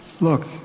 Look